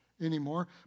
anymore